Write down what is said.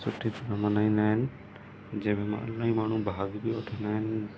सुठी तरह मल्हाईंदा आहिनि जंहिंमें इलाही माण्हू भाग बि वठंदा आहिनि